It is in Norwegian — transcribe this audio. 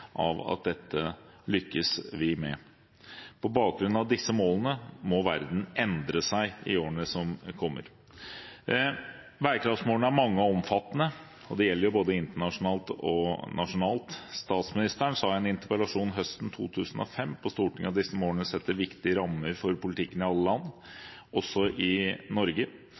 lykkes med dette. På bakgrunn av disse målene må verden endre seg i årene som kommer. Bærekraftsmålene er mange og omfattende, og de gjelder både internasjonalt og nasjonalt. Statsministeren sa i en interpellasjon høsten 2005 på Stortinget at disse målene setter viktige rammer for politikken i alle land, også i Norge.